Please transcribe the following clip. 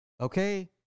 Okay